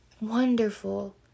wonderful